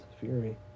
Fury